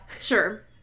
sure